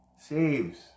saves